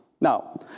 Now